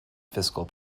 fiscal